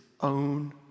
own